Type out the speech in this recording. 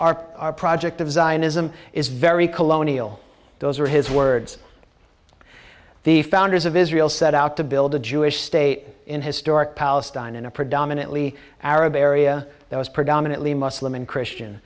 are our project of zionism is very colonial those were his words the founders of israel set out to build a jewish state in historic palestine in a predominantly arab area that was predominantly muslim and christian